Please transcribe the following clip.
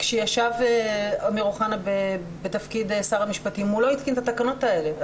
כאשר אמיר אוחנה היה בתפקיד שר המשפטים הוא לא התקין את התקנות האלה.